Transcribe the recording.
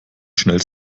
schnell